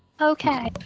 Okay